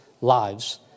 lives